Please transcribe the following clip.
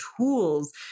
tools